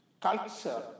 culture